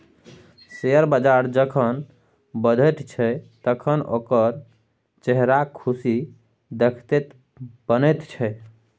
share बजार जखन बढ़ैत छै तखन ओकर चेहराक खुशी देखिते बनैत छै